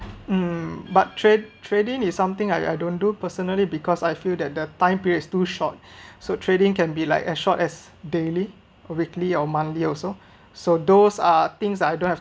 um but trad~ trading is something I I don't do personally because I feel that the time period is too short so trading can be like as short as daily or weekly or monthly also so those are things I don't have